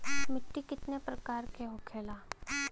मिट्टी कितने प्रकार के होखेला?